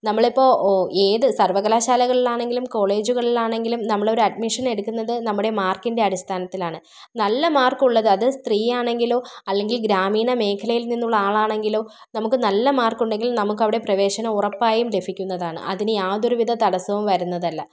നമ്മളിപ്പോൾ ഓ ഏത് സർവകലാശാലകളിലാണെങ്കിലും കോളേജുകളിലാണെങ്കിലും നമ്മളൊരു അഡ്മിഷൻ എടുക്കുന്നത് നമ്മുടെ മാർക്കിൻ്റെ അടിസ്ഥാനത്തിലാണ് നല്ല മാർക്കുള്ളത് അത് സ്ത്രീ ആണെങ്കിലോ അല്ലെങ്കിൽ ഗ്രാമീണമേഖലയിൽ നിന്നുള്ള ആളാണെങ്കിലോ നമുക്ക് നല്ല മാർക്കുണ്ടെങ്കിൽ നമുക്കവിടെ പ്രവേശനം ഉറപ്പായും ലഭിക്കുന്നതാണ് അതിനു യാതൊരു വിധ തടസ്സവും വരുന്നതല്ല